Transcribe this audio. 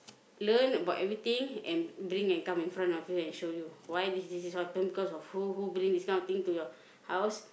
learn about everything and bring and come and in front of you and show you why this this this all happen because of who who did this kind of thing to your house